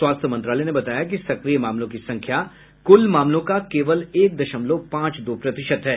स्वास्थ्य मंत्रालय ने बताया कि सक्रिय मामलों की संख्या कुल मामलों का केवल एक दशमलव पांच दो प्रतिशत है